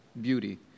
beauty